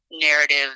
narrative